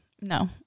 no